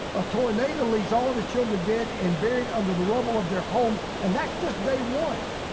a tornado leaves all of his children dead and buried under the rubble of their homes, and that's just day one.